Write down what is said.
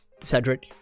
Cedric